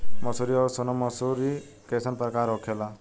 मंसूरी और सोनम मंसूरी कैसन प्रकार होखे ला?